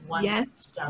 yes